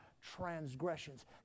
transgressions